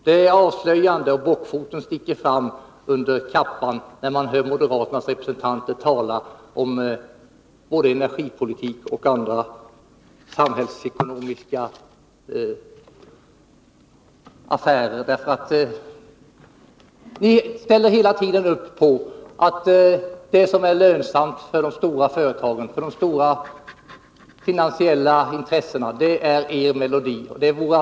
Det är avslöjande, och bockfoten sticker fram under kappan när moderaternas representanter talar om såväl energipolitik som andra samhällsekonomiska frågor. Det som är lönsamt för de stora företagen och för de stora finansiella intressena ställer ni nämligen hela tiden upp bakom — det är er melodi.